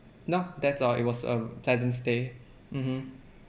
no that's all it was a pleasant stay mmhmm